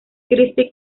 christi